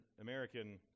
American